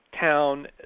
town